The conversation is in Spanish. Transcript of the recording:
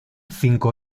cinco